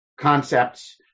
concepts